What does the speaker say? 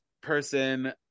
person